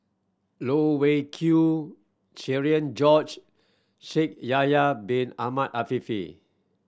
Loh Wai Kiew Cherian George Shaikh Yahya Bin Ahmed Afifi